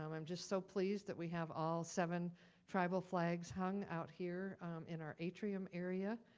um i'm just so pleased that we have all seven tribal flags hung out here in our atrium area.